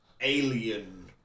Alien